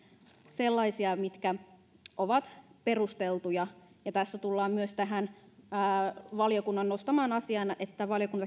sellaisia jotka ovat perusteltuja tässä tullaan myös tähän perustuslakivaliokunnan nostamaan asiaan valiokunta